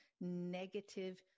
negative